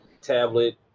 tablet